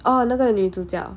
oh 那个女主角